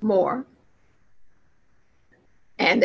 more and